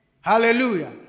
hallelujah